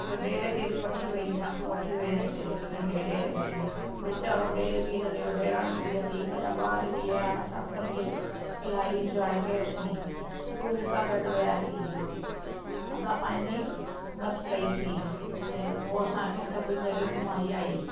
ॿियो डेर खे बि वठी वई मां वठी वियसि नंढे डेर खे विच वारो डेर बि हलियो डेराणी बि हली उनजा ॿार बि हलायां असां सभई इलाही इंजॉय कयोसीं टूर सां गॾु वियासी असां पंहिंजी बस कईसी उते हो असांखे सभिनि जॻह घुमाई आई